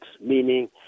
meaning